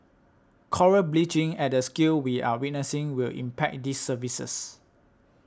coral bleaching at the scale we are witnessing will impact these services